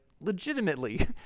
legitimately